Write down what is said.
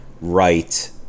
right